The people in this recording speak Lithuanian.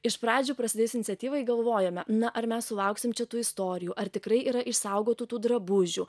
iš pradžių prasidėjus iniciatyvai galvojome na ar mes sulauksime čia tų istorijų ar tikrai yra išsaugotų tų drabužių